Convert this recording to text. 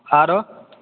आरो